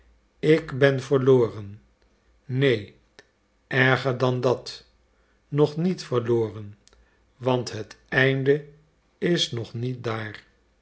ik ben verloren neen erger dan dat nog niet verloren want het einde is nog niet daar